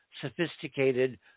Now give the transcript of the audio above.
sophisticated